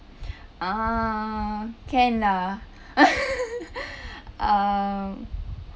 ah can lah um